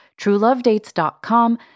truelovedates.com